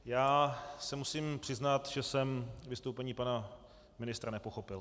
Já se musím přiznat, že jsem vystoupení pana ministra nepochopil.